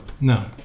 No